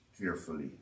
carefully